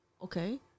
Okay